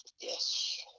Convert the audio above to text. Yes